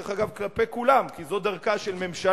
דרך אגב, כלפי כולם, כי זו דרכה של ממשלה,